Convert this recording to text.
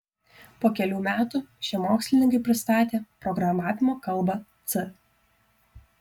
po kelių metų šie mokslininkai pristatė programavimo kalbą c